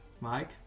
Mike